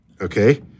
okay